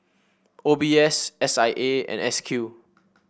O B S S I A and S Q